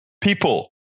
People